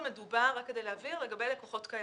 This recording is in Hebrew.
מדובר, רק כדי להבהיר, לגבי לקוחות קיימים.